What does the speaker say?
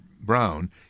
Brown